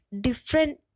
different